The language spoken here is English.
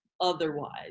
Otherwise